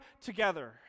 together